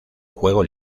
juego